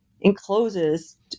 encloses